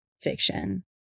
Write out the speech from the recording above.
fiction